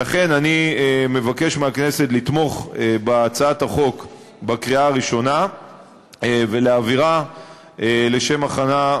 לכן אני מבקש מהכנסת לתמוך בהצעת החוק בקריאה ראשונה ולהעבירה לשם הכנה,